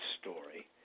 story